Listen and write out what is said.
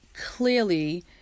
clearly